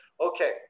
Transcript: okay